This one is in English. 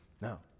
No